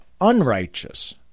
unrighteous